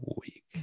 week